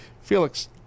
Felix